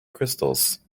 crystals